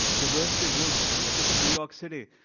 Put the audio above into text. diversity rules over here. look at new york city.